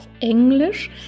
Englisch